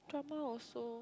drama also